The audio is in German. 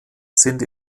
sind